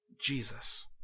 Jesus